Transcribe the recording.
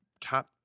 top